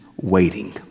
waiting